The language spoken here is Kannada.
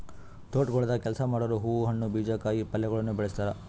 ತೋಟಗೊಳ್ದಾಗ್ ಕೆಲಸ ಮಾಡೋರು ಹೂವು, ಹಣ್ಣು, ಬೀಜ, ಕಾಯಿ ಪಲ್ಯಗೊಳನು ಬೆಳಸ್ತಾರ್